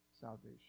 salvation